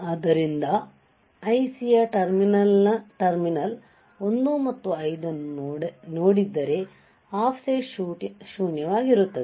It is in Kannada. ಆದ್ದರಿಂದ IC ಯ ಟರ್ಮಿನಲ್ 1 ಮತ್ತು 5 ಅನ್ನು ನೋಡಿದ್ದರೆ ಆಫ್ಸೆಟ್ ಶೂನ್ಯವಾಗಿರುತ್ತದೆ